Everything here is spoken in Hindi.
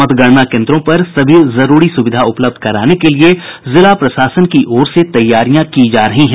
मतगणना केंद्रों पर सभी जरूरी सुविधा उपलब्ध कराने के लिये जिला प्रशासन की ओर से तैयारियां की जा रही हैं